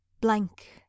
blank